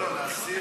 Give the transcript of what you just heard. לא לא, להסיר.